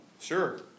Sure